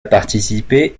participé